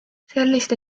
selliste